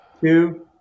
two